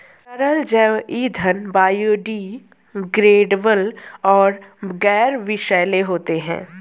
तरल जैव ईंधन बायोडिग्रेडेबल और गैर विषैले होते हैं